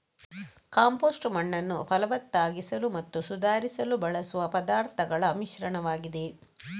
compost ಮಣ್ಣನ್ನು ಫಲವತ್ತಾಗಿಸಲು ಮತ್ತು ಸುಧಾರಿಸಲು ಬಳಸುವ ಪದಾರ್ಥಗಳ ಮಿಶ್ರಣವಾಗಿದೆ